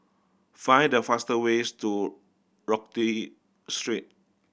find the faster ways to Rodyk Street